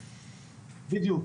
בדיוק.